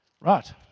Right